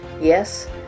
Yes